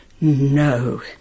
no